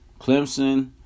clemson